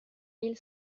mille